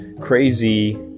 crazy